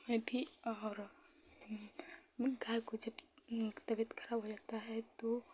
भी और गाय की जब तबियत खराब हो जाती है तो